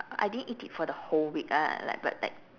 I didn't eat it for the whole week uh like but like